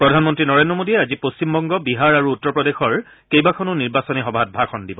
প্ৰধানমন্ত্ৰী নৰেন্দ্ৰ মোদীয়ে আজি পশ্চিমবংগ বিহাৰ আৰু উত্তৰ প্ৰদেশৰ কেইবাখনো নিৰ্বাচনী সভাত ভাষণ দিব